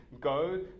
Go